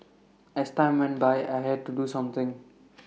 as time went by I had to do something